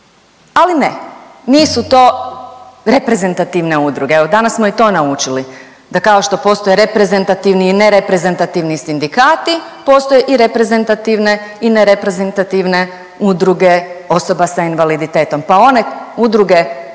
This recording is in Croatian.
Ali ne. Nisu to reprezentativne udruge, evo, danas smo i to naučili. Da kao što postoje reprezentativni i nereprezentativni sindikati, postoje i reprezentativne i nereprezentativne udruge osoba sa invaliditetom, pa one udruge